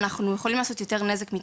אנחנו עלולים לעשות יותר נזק מתועלת.